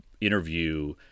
interview—